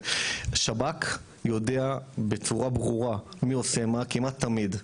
שב"כ יודע בצורה ברורה מי עושה מה כמעט תמיד,